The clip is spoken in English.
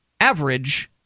average